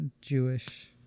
Jewish